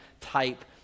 type